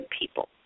people